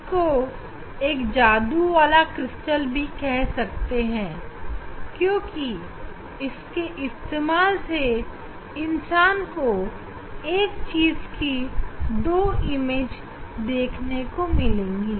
इसको एक जादू वाला क्रिस्टल भी कह सकते हैं क्योंकि इसके इस्तेमाल से इंसान को एक वस्तु की दो छवि देखने को मिलेंगी